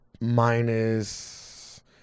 minus